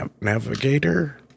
navigator